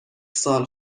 سال